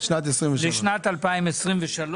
לשנת 2023,